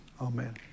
Amen